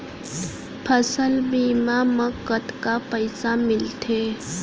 फसल बीमा म कतका पइसा मिलथे?